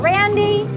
Randy